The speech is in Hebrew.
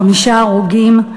'חמישה הרוגים,